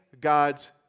god's